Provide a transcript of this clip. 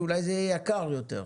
שאולי זה יהיה יקר יותר.